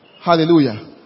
Hallelujah